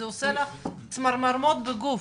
זה עושה לך צמרמורת בגוף.